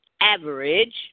average